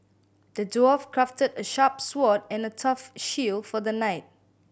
the dwarf crafted a sharp sword and a tough shield for the knight